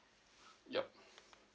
yup